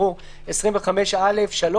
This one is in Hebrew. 25(א)(3),